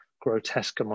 grotesque